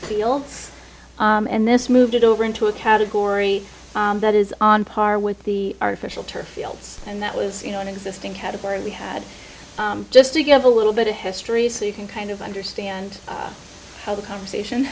fields and this moved it over into a category that is on par with the artificial turf fields and that was you know an existing category we had just to give a little bit of history so you can kind of understand how the conversation